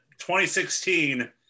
2016